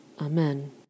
Amen